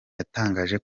yatangaje